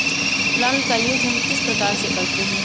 Plant का use हम किस प्रकार से करते हैं?